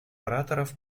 ораторов